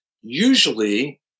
Usually